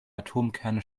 atomkerne